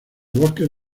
bosques